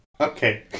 Okay